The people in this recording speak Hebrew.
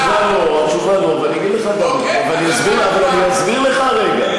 אבל אני אסביר לך רגע.